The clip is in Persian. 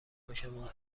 خوشمون